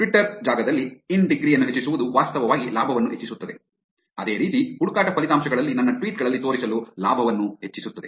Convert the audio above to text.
Twitter ಜಾಗದಲ್ಲಿ in degree ಯನ್ನು ಹೆಚ್ಚಿಸುವುದು ವಾಸ್ತವವಾಗಿ ಲಾಭವನ್ನು ಹೆಚ್ಚಿಸುತ್ತದೆ ಅದೇ ರೀತಿ ಹುಡುಕಾಟ ಫಲಿತಾಂಶಗಳಲ್ಲಿ ನನ್ನ ಟ್ವೀಟ್ ಗಳಲ್ಲಿ ತೋರಿಸಲು ಲಾಭವನ್ನು ಹೆಚ್ಚಿಸುತ್ತದೆ